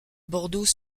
bordeaux